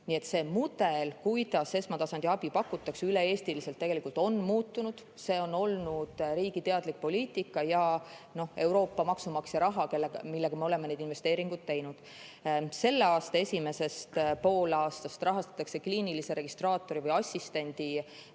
et see mudel, kuidas esmatasandi abi pakutakse üle Eesti, on tegelikult muutunud. See on olnud riigi teadlik poliitika ja Euroopa maksumaksja raha, millega me oleme neid investeeringuid teinud. Selle aasta esimesest poolaastast rahastatakse kliinilise registraatori või assistendi